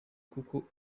kuko